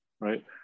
right